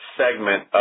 segment